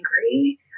angry